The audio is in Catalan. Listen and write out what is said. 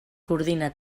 coordina